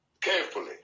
carefully